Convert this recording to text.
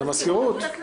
למזכירות.